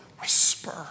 Whisper